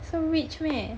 so rich meh